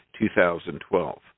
2012